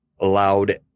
Loud